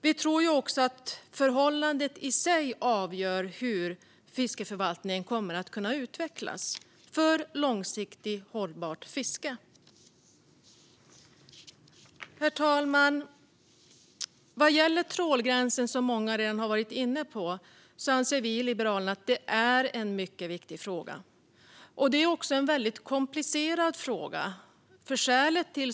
Vi tror också att förhållandet i sig avgör hur fiskeförvaltningen kommer att kunna utvecklas för långsiktigt och hållbart fiske. Herr talman! Frågan om trålgränsen, som många redan har varit inne på, anser vi i Liberalerna är mycket viktig. Det är också en väldigt komplicerad fråga.